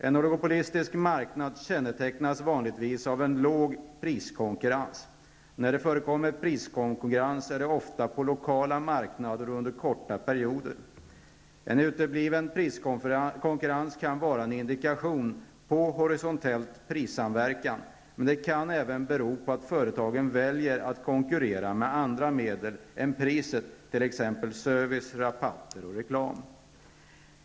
En oligopolistisk marknad kännetecknas vanligtvis av en liten priskonkurrens. När det förekommer priskonkurrens är det ofta på lokala marknader och under korta perioder. En utebliven priskonkurrens kan vara en indikation på horisontell prissamverkan, men det kan även bero på att företagen väljer att konkurrera med andra medel än priset t.ex. service, rabatter och reklam.